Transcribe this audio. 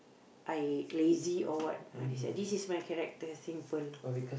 I lazy or what ah this is my character simple